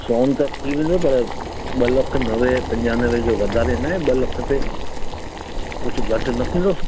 सोन त थी वेंदो पर ॿ लख नवे पंजानवे जो वधारे न ॿ लख ते कुझु घटि न थींदो